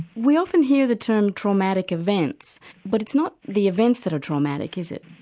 we often hear the term traumatic events but it's not the events that are traumatic is it?